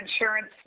insurance